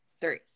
three